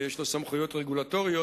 יש לו סמכויות רגולטוריות: